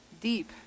deep